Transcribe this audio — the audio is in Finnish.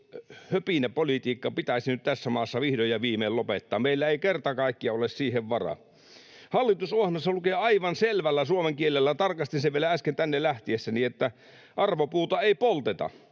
höpinäpolitiikka pitäisi nyt tässä maassa vihdoin ja viimein lopettaa. Meillä ei kerta kaikkiaan ole siihen varaa. Hallitusohjelmassa lukee aivan selvällä suomen kielellä, tarkastin sen vielä äsken tänne lähtiessäni, että arvopuuta ei polteta.